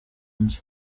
nzu